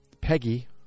Peggy